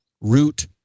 root